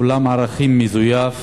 סולם ערכים מזויף: